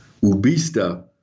Ubista